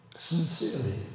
Sincerely